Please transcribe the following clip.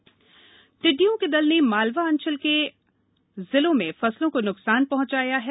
टिड्डी हमला टिड्डियों के दल ने मालवा अंचल के जिलों में फसलों को नुकसान पहंचाया है